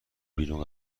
بیرون